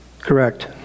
Correct